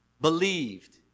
believed